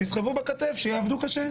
שיסחבו בכתף שיעבדו קשה.